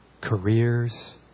careers